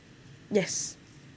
yes